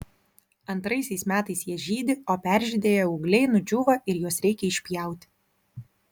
antraisiais metais jie žydi o peržydėję ūgliai nudžiūva ir juos reikia išpjauti